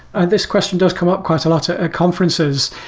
ah this question does come up quite a lot at conferences.